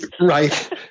Right